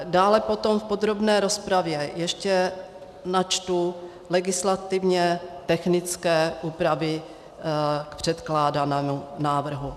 Dále potom v podrobné rozpravě ještě načtu legislativně technické úpravy k předkládanému návrhu.